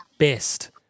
Best